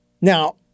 Now